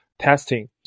Testing